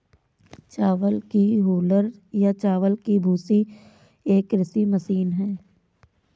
चावल की हूलर या चावल की भूसी एक कृषि मशीन है